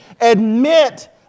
admit